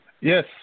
yes